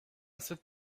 cette